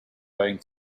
going